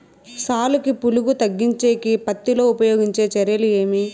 సాలుకి పులుగు తగ్గించేకి పత్తి లో ఉపయోగించే చర్యలు ఏమి?